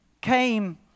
came